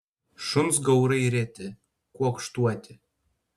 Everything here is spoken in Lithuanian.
šuns gaurai reti kuokštuoti